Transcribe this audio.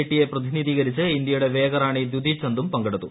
T യെ പ്രതിനിധീകരിച്ച് ഇന്ത്യയുടെ വേഗറാണി ദ്യുതി ചന്ദും പങ്കെടുത്തു